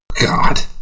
God